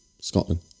Scotland